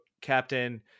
captain